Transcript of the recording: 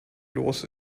los